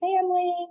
family